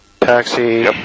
taxi